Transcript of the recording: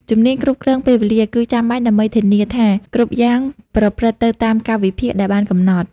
ជំនាញគ្រប់គ្រងពេលវេលា គឺចាំបាច់ដើម្បីធានាថាគ្រប់យ៉ាងប្រព្រឹត្តទៅតាមកាលវិភាគដែលបានកំណត់។